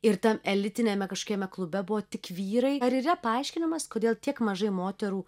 ir tam elitiniame kažkokiame klube buvo tik vyrai ar yra paaiškinimas kodėl tiek mažai moterų